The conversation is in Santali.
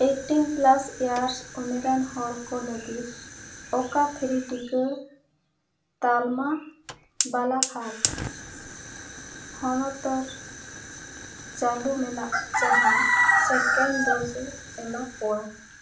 ᱮᱭᱤᱴᱴᱤᱱ ᱯᱞᱟᱥ ᱤᱭᱟᱨᱥ ᱩᱢᱮᱨᱟᱱ ᱦᱚᱲᱠᱚ ᱞᱟᱹᱜᱤᱫ ᱚᱠᱟ ᱯᱷᱨᱤ ᱴᱤᱠᱟᱹ ᱛᱟᱞᱢᱟ ᱵᱟᱞᱟᱜᱷᱟᱴ ᱦᱚᱱᱚᱛᱚᱨ ᱪᱟ ᱞᱩ ᱢᱮᱱᱟᱜ ᱡᱟᱦᱟᱸ ᱥᱮᱠᱮᱱᱰ ᱰᱳᱡᱽᱮ ᱮᱢᱟ ᱠᱚᱣᱟ